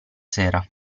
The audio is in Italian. sera